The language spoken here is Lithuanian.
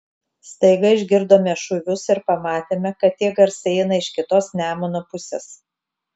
staiga išgirdome šūvius ir pamatėme kad tie garsai eina iš kitos nemuno pusės